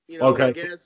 Okay